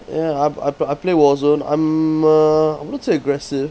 ya I I I play warzone I'm uh I wouldn't say aggressive